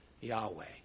Yahweh